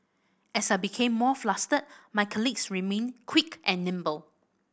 as I became more flustered my colleagues remained quick and nimble